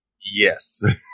Yes